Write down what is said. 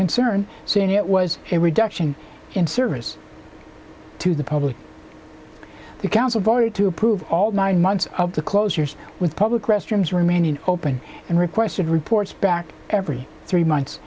concern saying it was a reduction in service to the public the council voted to approve all nine months of the closures with public restrooms remaining open and requested reports back every three months